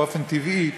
באופן טבעי,